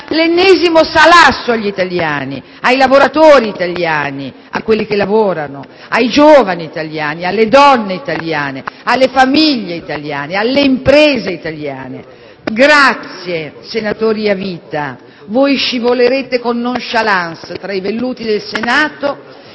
l'ennesimo salasso agli italiani, agli onesti lavoratori italiani, ai giovani italiani, alle donne italiane, alle famiglie italiane, alle imprese italiane. Grazie, senatori a vita, scivolerete con *nonchalance* tra i velluti del Senato